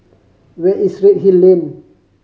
where is Redhill Lane